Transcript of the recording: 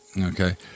okay